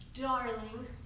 Darling